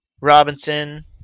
Robinson